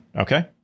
Okay